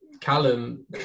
Callum